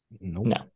No